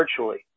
virtually